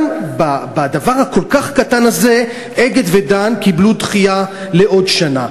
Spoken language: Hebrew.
גם בדבר הכל-כך קטן הזה "אגד" ו"דן" קיבלו דחייה של שנה.